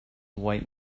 white